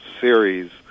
series